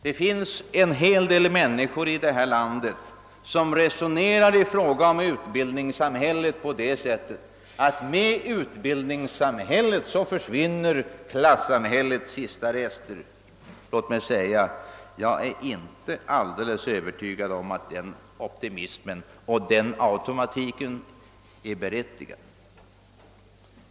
Det finns en hel del människor i detta land som säger att klassamhällets sista rester automatiskt kommer att försvinna med utbildningssamhället. Jag är inte alldeles övertygad om att denna optimism är berättigad.